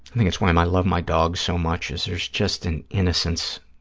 i think it's why i love my dogs so much, is there's just an innocence,